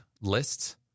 lists